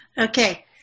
Okay